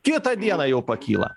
kitą dieną jau pakyla